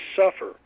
suffer